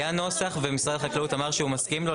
היה נוסח ומשרד החקלאות אמר שהוא מסכים לו,